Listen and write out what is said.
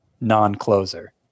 non-closer